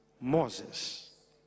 Moses